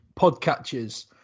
podcatchers